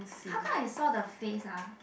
how come I saw the face ah